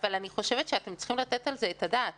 אבל אני חושבת שאתם צריכים לתת את הדעת על זה